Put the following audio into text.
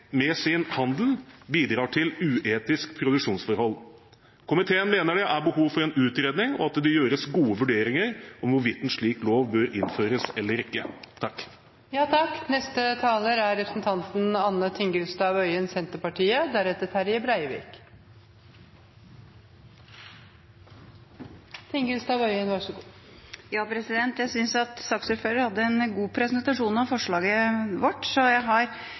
med sin handel bidrar til uetiske produksjonsforhold. Komiteen mener det er behov for en utredning, og at det gjøres gode vurderinger av hvorvidt en slik lov bør innføres eller ikke. Jeg synes at saksordføreren hadde en god presentasjon av forslaget vårt, så jeg